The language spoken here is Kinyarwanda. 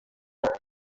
ntwaro